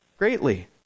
greatly